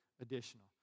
additional